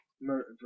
murder